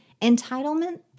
Entitlement